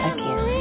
Again